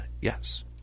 yes